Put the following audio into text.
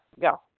Go